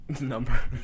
number